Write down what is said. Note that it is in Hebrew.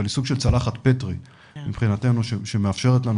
אבל היא סוג של צלחת פטרי מבחינתנו שמאפשרת לנו